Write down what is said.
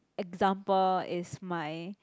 example is my